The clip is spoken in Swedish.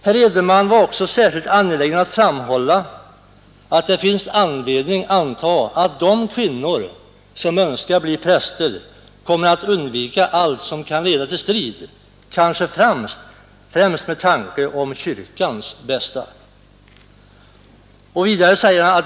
Herr Edenman var också särskilt angelägen att framhålla att det finns anledning anta att de kvinnor som önskar bli präster kommer att undvika allt som kan leda till strid, just av omtanke om kyrkans bästa.